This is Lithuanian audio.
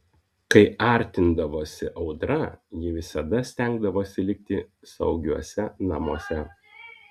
kai artindavosi audra ji visada stengdavosi likti saugiuose namuose